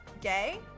gay